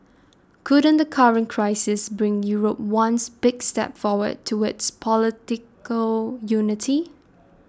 couldn't the current crisis bring Europe ones big step forward towards political unity